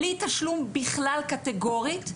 בלי תשלום בכלל קטגורית,